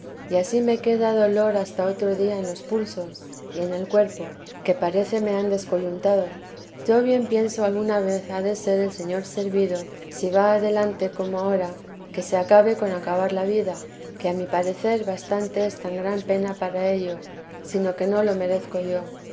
y ansí me queda dolor hasta otro día en los pulsos y en el cuerj que parece me han descoyuntado yo bien pienso alguna vez ha de ser el señor servido si va adelante como ahora que se acabe con acabar la vida que a mi parecer bastante es tan gran pena para ello sino que no lo merezco yo